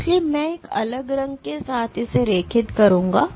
इसलिए मैं एक अलग रंग के साथ इसे रेखित करूंगा